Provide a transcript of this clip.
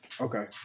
Okay